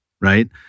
right